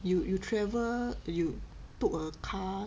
you you travel you took a car